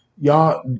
Y'all